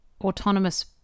autonomous